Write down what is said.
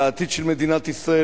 את העתיד של מדינת ישראל,